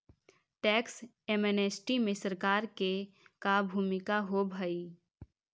tax amnesty में सरकार के का भूमिका होव हई